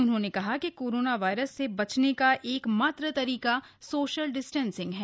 उन्होंने कहा कि कोरोना वायरस से बचने का एकमात्र तरीका सोशल डिस्टेंसिंग ही है